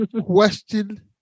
Question